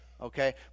okay